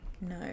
No